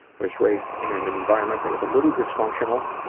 was raised in an environment that was a little dysfunctional,